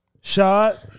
Shot